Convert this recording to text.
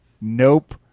Nope